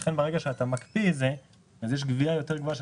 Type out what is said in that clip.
לכן ברגע שאתה מקפיא את זה אז יש גבייה יותר גבוהה של